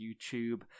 YouTube